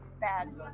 Bad